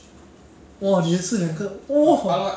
没有是 interesting taste serious